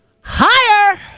higher